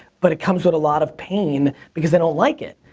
but it comes with a lot of pain because they don't like it,